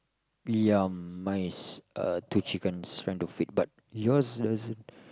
ya mine is uh two chickens trying to feed but your is